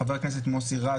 חה"כ מוסי רז,